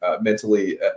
mentally